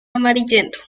amarillento